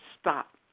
stop